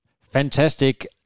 Fantastic